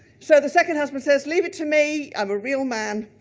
so the second husband says, leave it to me, i'm a real man.